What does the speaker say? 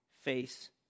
face